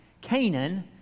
Canaan